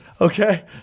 Okay